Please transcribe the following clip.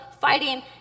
fighting